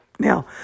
Now